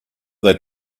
they